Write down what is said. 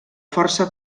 força